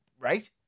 right